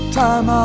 time